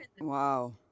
wow